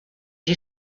you